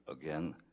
again